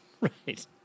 right